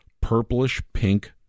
purplish-pink